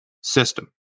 system